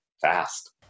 fast